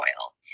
oil